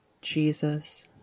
Jesus